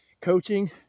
coaching